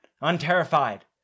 unterrified